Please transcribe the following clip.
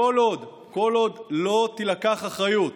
כל עוד לא תילקח אחריות